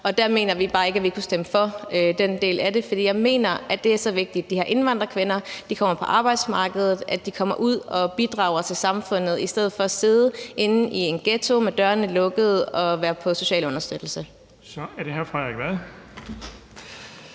Vi mener bare ikke, at vi kunne stemme for den del af det. For jeg mener, at det er så vigtigt, at de her indvandrerkvinder kommer på arbejdsmarkedet, og at de kommer ud og bidrager til samfundet i stedet for at sidde inde i en ghetto med dørene lukket og være på social understøttelse.